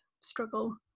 struggle